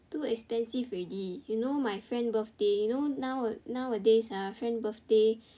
too expensive already you know my friend birthday you know now~ nowadays ah friend birthday